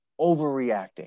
overreacting